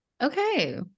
okay